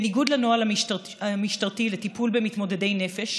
בניגוד לנוהל המשטרתי לטיפול במתמודדי נפש,